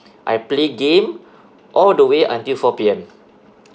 I play game all the way until four P_M